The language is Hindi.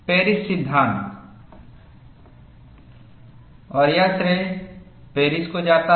पेरिस सिद्धांत और यह श्रेय पेरिस को जाता है